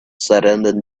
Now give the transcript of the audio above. surrounding